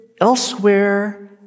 Elsewhere